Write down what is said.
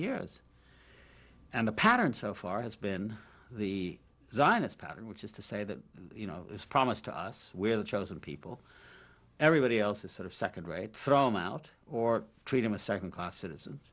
years and the pattern so far has been the zionist pattern which is to say that you know it's promised to us we're the chosen people everybody else is sort of second rate thrown out or treat them a second class citizens